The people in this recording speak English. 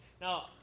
Now